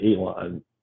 Elon